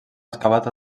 excavat